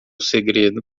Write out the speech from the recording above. segredo